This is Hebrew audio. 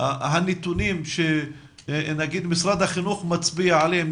הנתונים שמשרד החינוך מצביע עליהם,